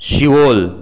cheval